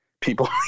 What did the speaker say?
people